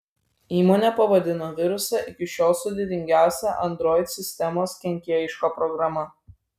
įmonė pavadino virusą iki šiol sudėtingiausia android sistemos kenkėjiška programa